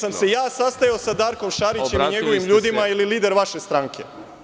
Da li sam se ja sastajao sa Darko Šarićem i njegovim ljudima ili lider vaše stranke?